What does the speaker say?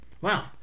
Wow